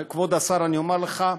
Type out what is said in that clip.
כבוד השר, אני אומר לך,